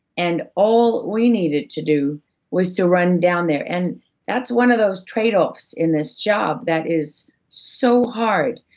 and all we needed to do was to run down there. and that's one of those tradeoffs in this job, that is so hard,